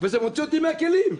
זה מוציא אותי מהכלים.